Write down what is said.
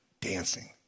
dancing